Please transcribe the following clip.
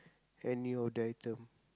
any of the item